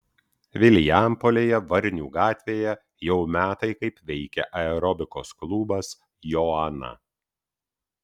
vilijampolėje varnių gatvėje jau metai kaip veikia aerobikos klubas joana